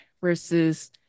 versus